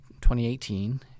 2018